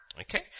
Okay